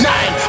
Nine